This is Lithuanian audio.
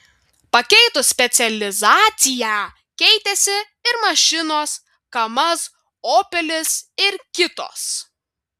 pakeitus specializaciją keitėsi ir mašinos kamaz opelis ir kitos